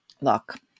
look